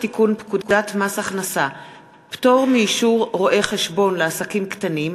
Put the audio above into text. הצעת חוק לתיקון פקודת מס הכנסה (פטור מאישור רואה-חשבון לעסקים קטנים),